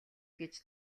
гэж